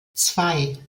zwei